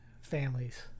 families